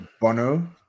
Bono